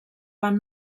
van